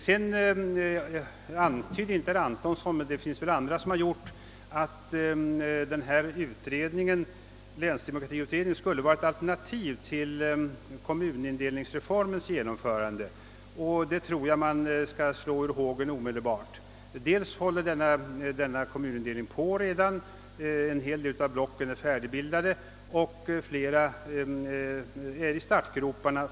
Herr Antonsson gjorde det inte, men det finns andra som har antytt att de förslag som länsdemokratiutredningen kan komma att framlägga skulle vara ett alternativ till kommunindelningsreformen. En sådan tanke tror jag att man omedelbart skall slå ur hågen. Kommunindelningen har redan påbörjats; en del av blocken är färdigbildade och andra ligger i startgroparna.